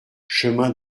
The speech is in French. chemin